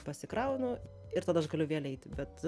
pasikraunu ir tada aš galiu vėl eiti bet